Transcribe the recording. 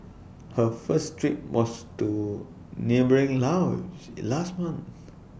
her first trip was to neighbouring Laos last month